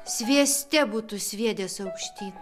svieste būtų sviedęs aukštyn